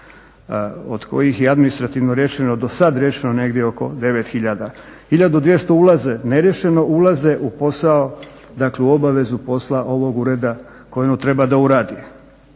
od kojih je administrativno riješeno do sada riješeno negdje oko 9 hiljada. Hiljadu 200 ulaze neriješeno ulaze u obavezu posla ovog ureda koji on treba da uradi.